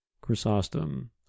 Chrysostom